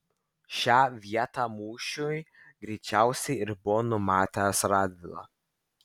šią vietą mūšiui greičiausiai ir buvo numatęs radvila